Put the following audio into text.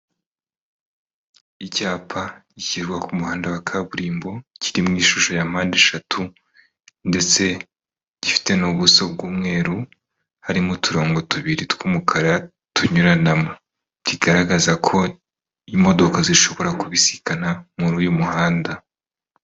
Icyapa gishyirwa ku muhanda wa kaburimbo kiri mu ishusho ya mpande eshatu ndetse gifite n'ubuso bw'umweru, harimo uturongo tubiri tw'umukara tunyuranamo kigaragazako imodoka zishobora kubisikana muri uyu muhanda.